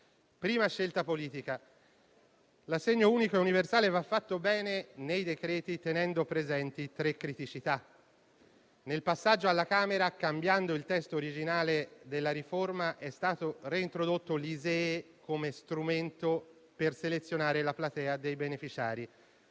prima scelta politica, l'assegno unico e universale va fatto bene nei decreti, tenendo presenti 3 criticità. Nel passaggio alla Camera dei deputati, cambiando il testo originario della riforma, è stato reintrodotto l'ISEE come strumento per selezionare la platea dei beneficiari.